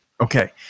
Okay